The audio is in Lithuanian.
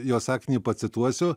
jo sakinį pacituosiu